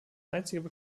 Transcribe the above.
einzige